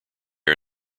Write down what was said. are